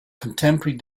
contemporary